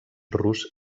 rus